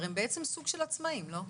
הרי הם בעצם סוג של עצמאים, לא?